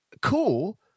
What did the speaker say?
cool